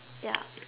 ya